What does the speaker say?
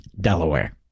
Delaware